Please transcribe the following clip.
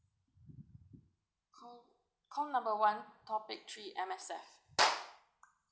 call call number one topic three M_S_F